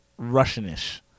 Russianish